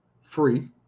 free